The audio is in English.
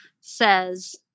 says